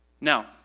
Now